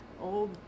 old